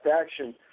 action